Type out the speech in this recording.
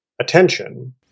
attention